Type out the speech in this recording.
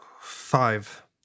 Five